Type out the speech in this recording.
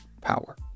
power